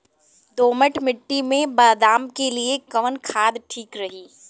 दोमट मिट्टी मे बादाम के लिए कवन खाद ठीक रही?